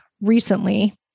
recently